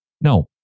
No